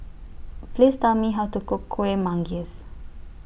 Please Tell Me How to Cook Kueh Manggis